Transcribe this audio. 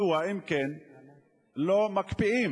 מדוע אם כן לא מקפיאים